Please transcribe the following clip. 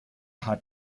hat